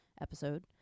episode